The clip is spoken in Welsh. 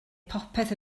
popeth